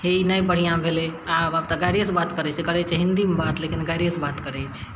हे ई नहि बढ़िआँ भेलय आब अब तऽ गाइरेसँ बात करय छै करय छै हिन्दीमे बात लेकिन गाइरियेसँ बात करय छै